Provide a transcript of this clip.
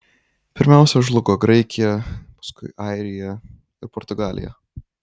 pirmiausia žlugo graikija paskui airija ir portugalija